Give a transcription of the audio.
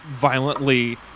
violently